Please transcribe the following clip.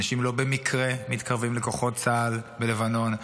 אנשים לא מתקרבים לכוחות צה"ל בלבנון במקרה.